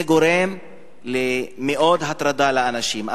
זה גורם להטרדה גדולה מאוד לאנשים.